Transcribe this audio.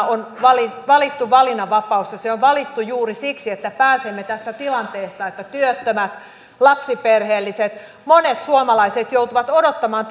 on valittu valittu valinnanvapaus ja se on valittu juuri siksi että pääsemme tästä tilanteesta että työttömät lapsiperheelliset monet suomalaiset joutuvat odottamaan